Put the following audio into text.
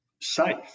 safe